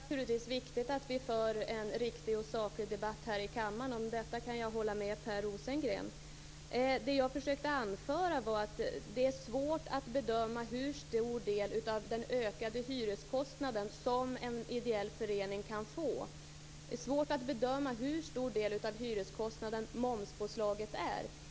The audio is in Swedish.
Fru talman! Det är naturligtvis viktigt att vi för en riktig och saklig debatt här i kammaren. Om detta kan jag hålla med Per Rosengren. Det som jag försökte anföra var att det är svårt att bedöma hur stor del av den ökade hyreskostnaden som en ideell förening kan få. Det är svårt att bedöma hur stor del av hyreskostnaden som momspåslaget utgör.